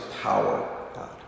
power